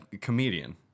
comedian